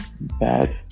bad